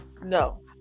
No